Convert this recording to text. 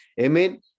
Amen